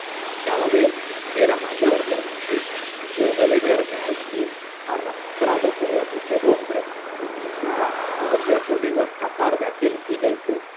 y cada vez era mayor la disputa hube de verme al fin arrastrado por la muchedumbre y quizá habría podido escapar de aquel jinete